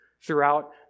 throughout